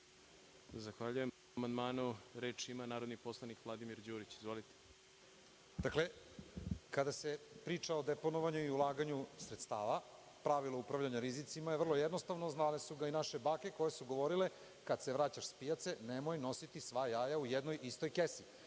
po amandmanu. Izvolite. **Vladimir Đurić** Dakle, kada se priča o deponovanju i ulaganju sredstava, pravilo upravljanja rizicima je vrlo jednostavno, znale su ga i naše bake koje su govorile – kada se vraćaš sa pijace nemoj nositi sva jaja u jednoj istoj kesi.